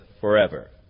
forever